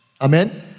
Amen